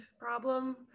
problem